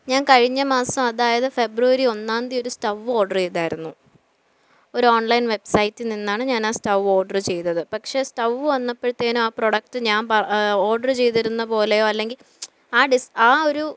ഞാൻ കഴിഞ്ഞ മാസം അതായത് ഫെബ്രുവരി ഒന്നാംതിയാണ് ഒരു സ്റ്റൗവ് ഓർഡറ് ചെയ്തായിരുന്നു ഒരു ഓൺലൈൻ വെബ്സൈറ്റിൽ നിന്നാണ് ഞാനാ സ്റ്റൗവ് ഓർഡർ ചെയ്തത് പക്ഷേ സ്റ്റൗവ് വന്നപ്പോഴത്തേനും ആ പ്രൊഡക്റ്റ് ഞാൻ പ ഓർഡറ് ചെയ്തിരുന്നു പോലെയോ അല്ലെങ്കിൽ ആ ഡിസ് ആ ഒരു